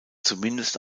zumindest